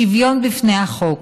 שוויון בפני החוק,